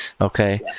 Okay